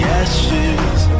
ashes